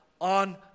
On